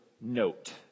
note